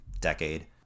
decade